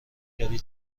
داری